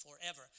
forever